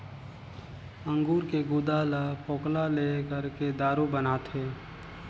अंगूर के गुदा ल फोकला ले करके दारू बनाथे